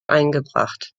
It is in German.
eingebracht